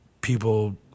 people